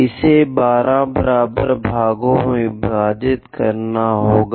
इसे 12 बराबर भागों में विभाजित करना होगा